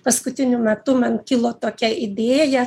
paskutiniu metu man kilo tokia idėja